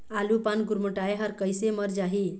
आलू पान गुरमुटाए हर कइसे मर जाही?